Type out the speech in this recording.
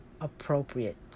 appropriate